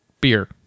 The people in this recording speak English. Beer